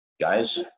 Guys